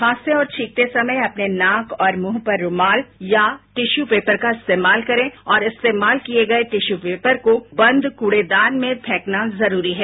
खांसते और छींकते समय अपने नाक और मुंह पर रूमाल या टिश्यू पेपर का इस्तेमाल करें और इस्तेमाल किये गये टिश्यू पेपर को बंद कूड़ेदान में फेंकना जरूरी है